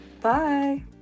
Bye